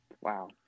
wow